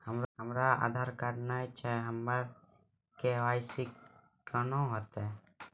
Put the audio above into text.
हमरा आधार कार्ड नई छै हमर के.वाई.सी कोना हैत?